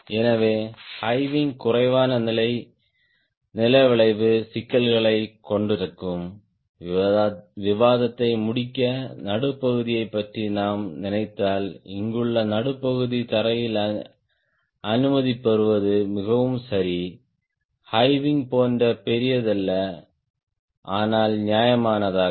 எனவே high wing குறைவான நில விளைவு சிக்கல்களைக் கொண்டிருக்கும் விவாதத்தை முடிக்க நடுப்பகுதியைப் பற்றி நாம் நினைத்தால் இங்குள்ள நடுப்பகுதி தரையில் அனுமதி பெறுவது மிகவும் சரி ஹை விங் போன்ற பெரியதல்ல ஆனால் நியாயமானதாகும்